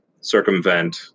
circumvent